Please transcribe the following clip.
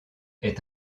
est